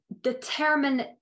determine